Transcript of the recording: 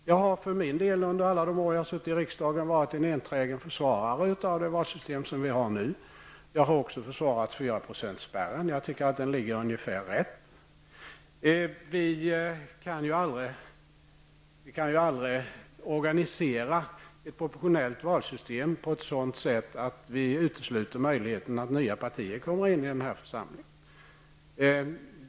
Jag har, under alla de år jag suttit i riksdagen, varit en enträgen försvarare av det valsystem som vi har nu. Jag har också försvarat 4-procentsspärren. Jag tycker att den ligger ganska rätt. Vi kan aldrig organisera ett proportionellt valsystem så, att vi utesluter möjligheten att nya partier kommer in i den här församlingen.